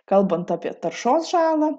kalbant apie taršos žalą